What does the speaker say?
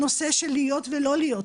הנושא של להיות או להיות,